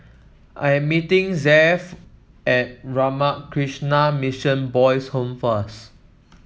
I am meeting Zaire at Ramakrishna Mission Boys' Home first